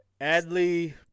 Adley